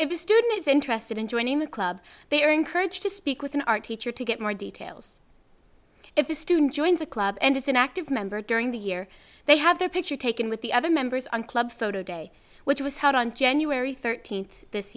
if a student is interested in joining a club they are encouraged to speak with an art teacher to get more details if a student joins a club and is an active member during the year they have their picture taken with the other members on club photo day which was held on january thirteenth this